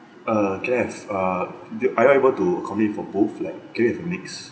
uh can I have uh the are you able to commit for both like can we have a mix